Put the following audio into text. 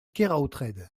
keraotred